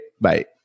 bye